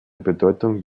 bedeutung